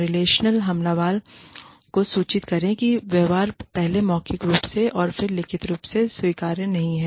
relational हमलावर को सूचित करें कि व्यवहार पहले मौखिक रूप से और फिर लिखित रूप में स्वीकार्य नहीं है